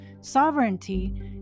sovereignty